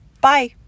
Bye